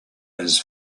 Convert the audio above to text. his